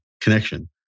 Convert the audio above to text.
connection